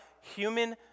human